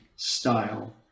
style